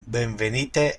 benvenite